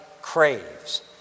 craves